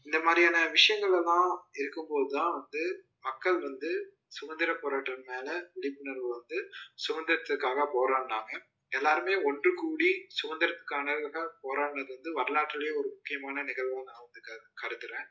இந்தமாதிரியான விஷயங்களெல்லாம் இருக்கும் போது தான் வந்து மக்கள் வந்து சுதந்திரம் போராட்டம் மேல் விழிப்புணர்வை வந்து சுதந்திரத்திற்காக போராடினாங்க எல்லோருமே ஒன்றுகூடி சுதந்திரத்திற்கான போராடினது வந்து வரலாற்றுலேயே ஒரு முக்கியமான நிகழ்வாக நான் வந்து கரு கருதுகிறேன்